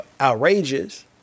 outrageous